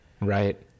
right